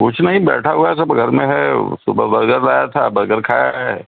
کچھ نہیں بیٹھا ہوا ہے سب گھر میں ہے صبح برگر لایا تھا برگر کھایا ہے